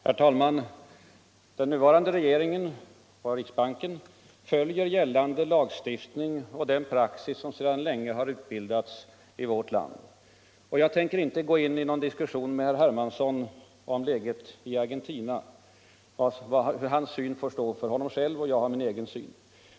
Herr taälman! Den nuvarande regeringen och riksbanken följer gällande lagstiftning och den praxis som sedan länge har utbildats i vårt land. Jag tänker inte gå in i någon diskussion med herr Hermansson om läget i Argentina. Hans syn får stå för honom själv. Och jag har min egen syn.